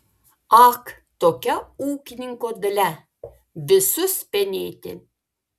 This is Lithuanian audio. ak tokia ūkininko dalia visus penėti